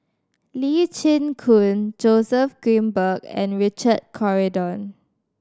Lee Chin Koon Joseph Grimberg and Richard Corridon